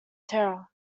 terror